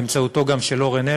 באמצעותו גם של אורן הלמן.